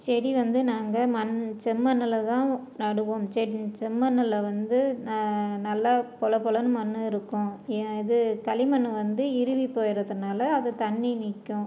செடி வந்து நாங்கள் மண் செம் மண்ணில் தான் நடுவோம் செ செம்மண்ணில் வந்து ந நல்ல புல புலன்னு மண் இருக்கும் ஏன் இது களிமண் வந்து இறுகி போயிடுறதுனால அது தண்ணி நிற்கும்